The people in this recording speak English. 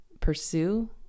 pursue